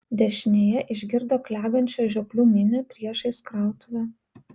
dešinėje išgirdo klegančią žioplių minią priešais krautuvę